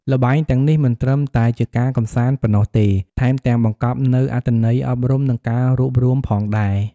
ល្បែងទាំងនេះមិនត្រឹមតែជាការកម្សាន្តប៉ុណ្ណោះទេ ថែមទាំងបង្កប់នូវអត្ថន័យអប់រំ និងការរួបរួមផងដែរ។